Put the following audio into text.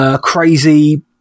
crazy